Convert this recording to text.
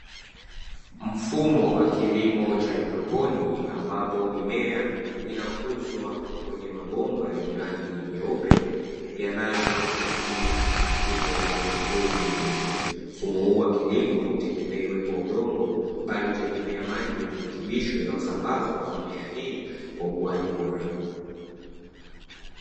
Mfumo wa kilimo cha haidroponi, ambapo mimea inakuzwa kwenye mabomba yenye rangi nyeupe yanayosaidia katika ukuaji mzuri wa mimea. Mfumo huu wa kilimo hautegemei uwepo wa udongo, bali hutegemea maji yenye virutubishi yanayosambazwa kwa mimea hii kwa ukuaji bora.